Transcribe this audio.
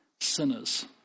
sinners